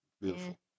Beautiful